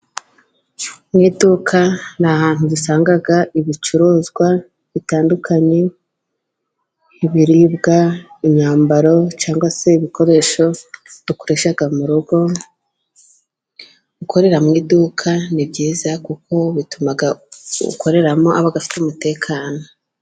Mu iduka ni ahantu dusanga ibicuruzwa bitandukanye, nk'ibiribwa, imyambaro cyangwa se ibikoresho dukoresha mu rugo, gukorera mu iduka ni byiza kuko bituma ukoreramo aba afite umutekano.